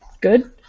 good